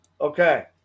Okay